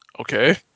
Okay